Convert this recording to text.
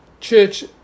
church